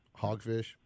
hogfish